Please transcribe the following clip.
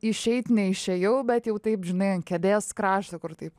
išeit neišėjau bet jau taip žinai ant kėdės krašto kur taip